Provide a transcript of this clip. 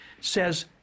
says